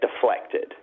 deflected